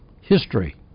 history